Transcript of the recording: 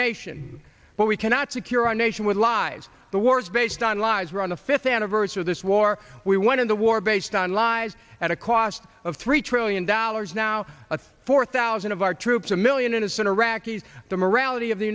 nation but we cannot secure our nation with lies the wars based on lies we're on the fifth anniversary of this war we went to war based on lies at a cost of three trillion dollars now four thousand of our troops a million innocent iraqis the morality of the